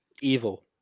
Evil